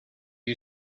you